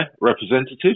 representatives